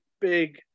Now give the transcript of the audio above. big